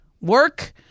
work